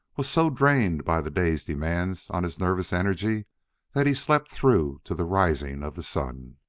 was so drained by the day's demands on his nervous energy that he slept through to the rising of the sun.